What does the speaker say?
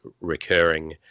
recurring